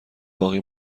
باقی